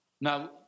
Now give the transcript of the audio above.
Now